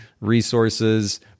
resources